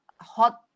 hot